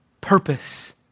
purpose